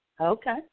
Okay